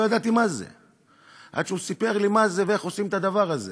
לא ידעתי מה זה עד שהוא סיפר לי מה זה ואיך עושים את הדבר הזה.